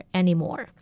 anymore